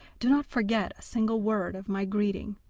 do not forget a single word of my greeting,